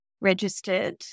registered